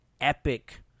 epic